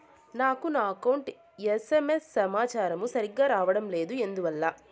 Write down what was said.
నాకు నా account SMS సమాచారము సరిగ్గా రావడం లేదు ఎందువల్ల?